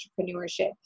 entrepreneurship